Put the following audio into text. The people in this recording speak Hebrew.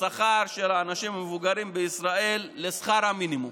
השכר של האנשים המבוגרים בישראל לשכר המינימום,